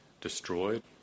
destroyed